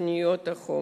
בתוכניות החומש,